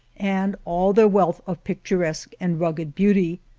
and all their wealth of pict uresque and rugged beauty.